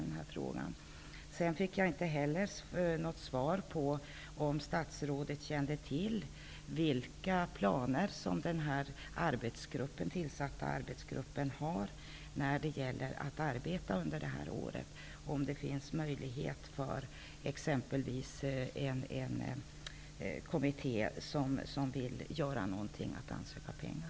Jag fick heller inte något svar på min fråga om statsrådet kände till vilka planer som den tillsatta arbetsgruppen har för sitt arbete under detta år. Finns det exempelvis möjlighet för en kommitté som vill göra någonting att ansöka om pengar?